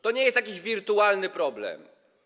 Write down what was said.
To nie jest jakiś wirtualny problem.